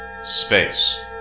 Space